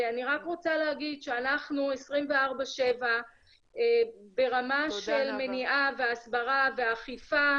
אני רק רוצה להגיד שאנחנו 24/7 ברמה של מניעה הסברה ואכיפה